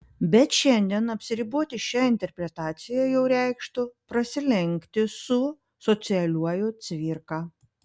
bet šiandien apsiriboti šia interpretacija jau reikštų prasilenkti su socialiuoju cvirka